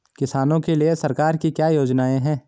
किसानों के लिए सरकार की क्या योजनाएं हैं?